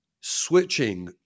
switching